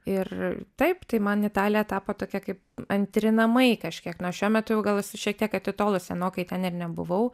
ir taip tai man italija tapo tokia kaip antri namai kažkiek nors šiuo metu jau gal esu šiek tiek atitolus senokai ten ir nebuvau